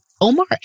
Omar